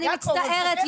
אני מצטערת,